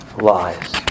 lies